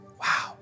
Wow